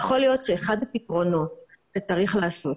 יכול להיות שאחד הפתרונות שצריך לעשות,